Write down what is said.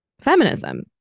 feminism